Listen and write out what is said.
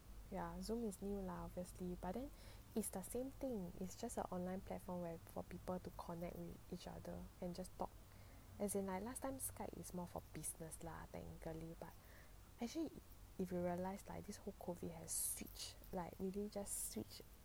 ya zoom is new lah obviously but then it's the same thing it's just an online platform where for people to connect with each other and just talk as in like last time skype is more for business lah technically but actually if you realise like this whole COVID has switch like really just switch